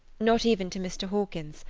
not even to mr. hawkins,